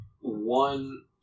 one